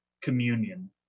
communion